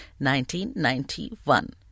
1991